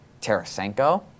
Tarasenko